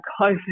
COVID